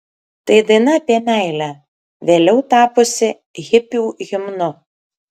tai daina apie meilę vėliau tapusi hipių himnu